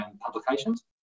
publications